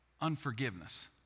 unforgiveness